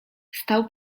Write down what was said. stał